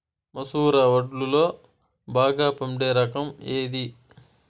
మసూర వడ్లులో బాగా పండే రకం ఏది?